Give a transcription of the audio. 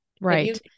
Right